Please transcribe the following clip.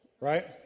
right